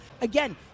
again